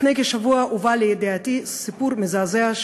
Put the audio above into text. לפני כשבוע הובא לידיעתי סיפור מזעזע,